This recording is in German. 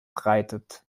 reitet